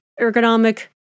ergonomic